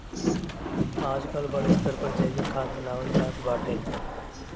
आजकल बड़ स्तर पर जैविक खाद बानवल जात बाटे